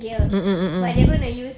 mm mm mm mm